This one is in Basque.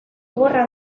gogorra